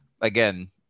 again